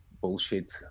bullshit